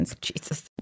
Jesus